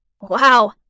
Wow